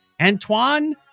Antoine